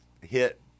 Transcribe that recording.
hit